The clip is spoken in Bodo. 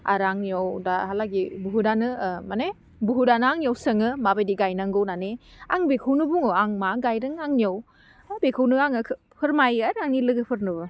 आरो आंनियाव दाहालागै बुहुतआनो ओह माने बुहुतआनो आंनियाव सोङो माबायदि गायनांगौ होन्नानै आं बेखौनो बुङो आं मा गायदों आंनियाव हा बेखौनो आङो खो फोरमायो आंनि लोगोफोरनोबो